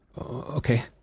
Okay